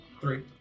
Three